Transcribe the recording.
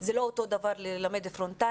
אבל זה לא אותו הדבר כמו לימוד פרונטלי.